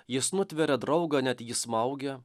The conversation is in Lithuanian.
jis nutveria draugą net jį smaugia